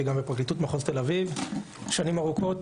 גם בפרקליטות מחוז תל אביב שנים ארוכות.